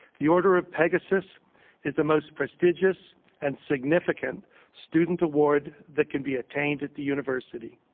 the order of pegasus is the most prestigious and significant student award that can be attained at the university.